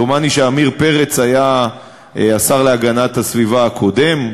דומני שעמיר פרץ היה השר להגנת הסביבה הקודם,